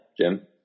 Jim